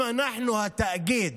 אם אנחנו, התאגיד